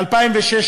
ב-2016